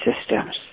systems